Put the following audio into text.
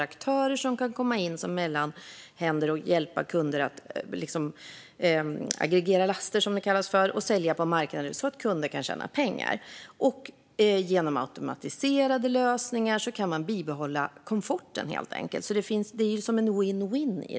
Aktörer kan komma in som mellanhänder och hjälpa kunder att aggregera laster, som det kallas, och sälja på marknader så att kunder kan tjäna pengar. Och genom automatiserade lösningar kan man helt enkelt bibehålla komforten, så det är en win-win.